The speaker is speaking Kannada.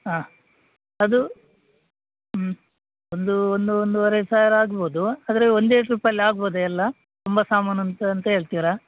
ಹಾಂ ಅದು ಹ್ಞೂ ಒಂದು ಒಂದು ಒಂದೂವರೆ ಸಾವಿರ ಆಗ್ಬೌದು ಆದರೆ ಒಂದೇ ಟ್ರಿಪಲ್ಲಿ ಆಗ್ಬೌದ ಎಲ್ಲ ತುಂಬ ಸಾಮಾನು ಉಂಟು ಅಂತ ಹೇಳ್ತಿರ